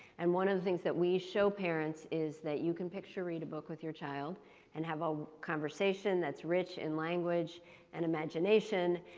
and one of the things that we show parents is that you can picture read a book with your child and have a conversation that's rich in language and imagination.